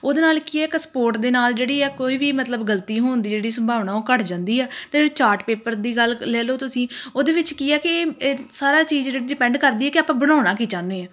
ਉਹਦੇ ਨਾਲ ਕੀ ਹੈ ਇੱਕ ਸਪੋਰਟ ਦੇ ਨਾਲ ਜਿਹੜੀ ਆ ਕੋਈ ਵੀ ਮਤਲਬ ਗਲਤੀ ਹੋਣ ਦੀ ਜਿਹੜੀ ਸੰਭਾਵਨਾ ਉਹ ਘੱਟ ਜਾਂਦੀ ਹੈ ਅਤੇ ਜਿਹੜੀ ਚਾਰਟ ਪੇਪਰ ਦੀ ਗੱਲ ਲੈ ਲਓ ਤੁਸੀਂ ਉਹਦੇ ਵਿੱਚ ਕੀ ਆ ਕਿ ਇਹਏ ਸਾਰਾ ਚੀਜ਼ ਜਿਹੜੀ ਡਿਪੈਂਡ ਕਰਦੀ ਹੈ ਕਿ ਆਪਾਂ ਬਣਾਉਣਾ ਕੀ ਚਾਹੁੰਦੇ ਹਾਂ